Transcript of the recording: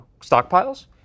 stockpiles